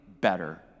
better